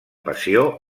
passió